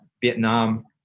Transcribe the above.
Vietnam